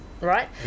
right